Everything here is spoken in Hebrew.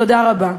תודה רבה.